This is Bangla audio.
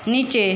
নিচে